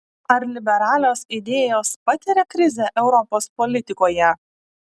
ar liberalios idėjos patiria krizę europos politikoje